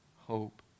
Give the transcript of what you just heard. hope